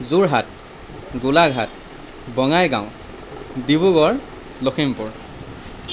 Jorhat Golaghat Bongaigaon Dibrugarh Lakhimpur